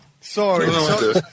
Sorry